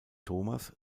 thomas